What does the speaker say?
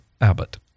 Abbott